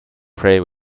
pray